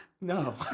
No